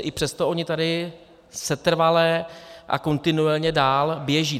I přesto ony tady setrvale a kontinuálně dál běží.